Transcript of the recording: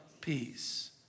Peace